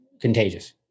contagious